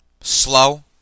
slow